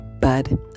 Bud